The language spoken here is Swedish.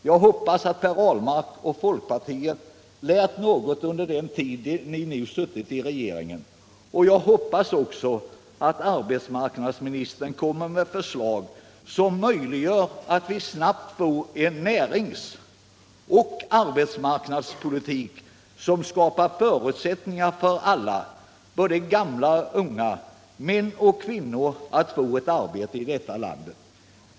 Jag hoppas att Per Ahlmark och folkpartiet har lärt något under den tid ni suttit i regeringen, och jag hoppas också att arbetsmarknadsministern kommer med ett förslag som möjliggör att vi snabbt får en näringsoch arbetsmarknadspolitik som skapar förutsättningar för alla — både gamla och unga, både män och kvinnor — att få ett arbete.